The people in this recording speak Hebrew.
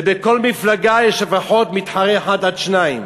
ובכל מפלגה יש לפחות מתחרה אחד, עד שניים.